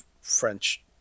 french